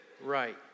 right